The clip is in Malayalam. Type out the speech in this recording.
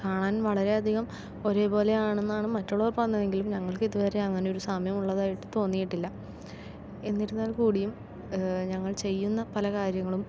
കാണാൻ വളരെയധികം ഒരേപോലെയാണെന്നാണ് മറ്റുള്ളവർ പറഞ്ഞതെങ്കിലും ഞങ്ങൾക്ക് ഇതുവരെ അങ്ങനെ ഒരു സാമ്യം ഉള്ളതായിട്ട് തോന്നിയിട്ടില്ല എന്നിരുന്നാൽ കൂടിയും ഞങ്ങൾ ചെയ്യുന്ന പല കാര്യങ്ങളും